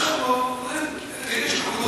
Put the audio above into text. ביקשנו להקים תחנות משטרה ביישובים.